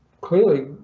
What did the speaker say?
Clearly